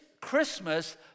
Christmas